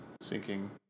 sinking